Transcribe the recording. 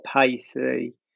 pacey